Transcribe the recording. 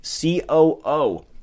COO